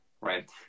right